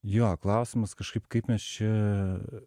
jo klausimas kažkaip kaip mes čia